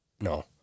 no